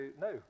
no